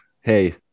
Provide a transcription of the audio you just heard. hey